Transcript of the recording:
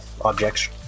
objects